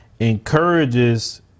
encourages